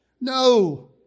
No